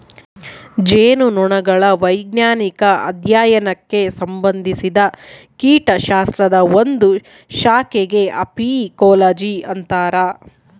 ಜೇನುನೊಣಗಳ ವೈಜ್ಞಾನಿಕ ಅಧ್ಯಯನಕ್ಕೆ ಸಂಭಂದಿಸಿದ ಕೀಟಶಾಸ್ತ್ರದ ಒಂದು ಶಾಖೆಗೆ ಅಫೀಕೋಲಜಿ ಅಂತರ